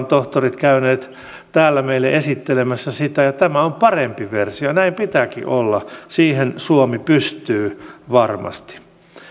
tohtorit käyneet täällä meille esittelemässä sitä ja tämä on parempi versio näin pitääkin olla ja siihen suomi pystyy varmasti